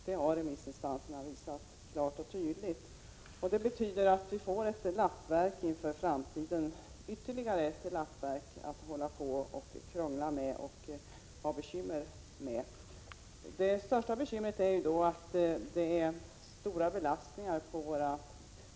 Det har remissinstanserna klart och tydligt visat. Det betyder att vi i framtiden får ytterligare ett lappverk att krångla med och ha bekymmer med. Det största bekymret är att våra försäkringsrätter är hårt belastade.